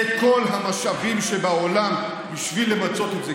את כל המשאבים שבעולם בשביל למצות את זה,